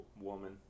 Woman